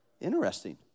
Interesting